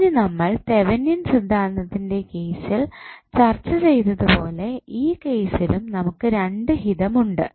ഇനി നമ്മൾ തെവനിയൻ സിദ്ധാന്തത്തിൻ്റെ കേസിൽ ചർച്ച ചെയ്തത് പോലെ ഈ കേസിലും നമുക്ക് രണ്ട് ഹിതം ഉണ്ട്